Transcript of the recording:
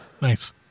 Nice